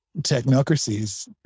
technocracies